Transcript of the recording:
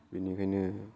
बेनिखायनो